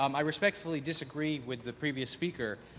um i respectfully disagree with the previous speaker.